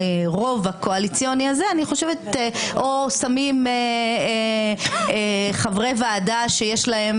לרוב הקואליציוני הזה או שמים חברי ועדה שיש להם